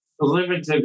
limited